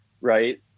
right